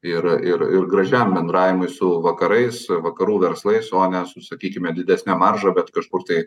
ir ir ir gražiam bendravimui su vakarais vakarų verslais o ne su sakykime didesnę maržą bet kažkur tai